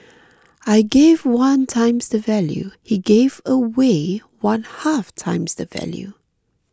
I gave one times the value he gave away one half times the value